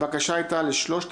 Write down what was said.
הבקשה היתה לשלוש הקריאות,